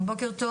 במעבדות.